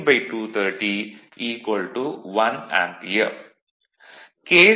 vlcsnap 2018 11 05 10h19m16s195 K